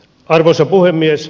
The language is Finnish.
arvoisa puhemies